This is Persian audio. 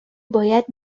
باید